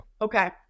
Okay